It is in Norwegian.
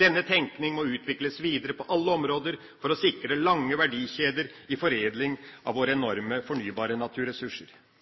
Denne tenkning må utvikles videre på alle områder for å sikre lange verdikjeder i foredling av våre enorme fornybare naturressurser.